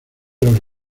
los